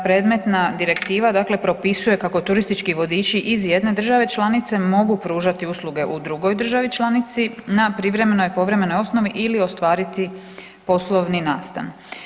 Predmetna direktiva dakle propisuje kako turistički vodiči iz jedne države članice mogu pružati usluge u drugoj državi članici na privremenoj i povremenoj osnovi ili ostvariti poslovni nastan.